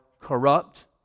corrupt